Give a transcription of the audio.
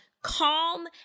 calm